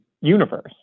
universe